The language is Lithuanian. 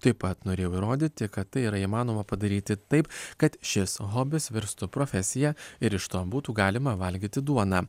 taip pat norėjau įrodyti kad tai yra įmanoma padaryti taip kad šis hobis virstų profesija ir iš to būtų galima valgyti duoną